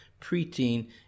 preteen